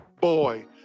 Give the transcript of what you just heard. boy